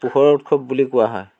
পোহৰৰ উৎসৱ বুলি কোৱা হয়